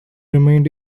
remained